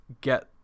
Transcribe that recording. get